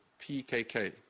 PKK